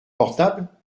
portable